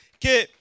que